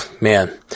man